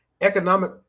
economic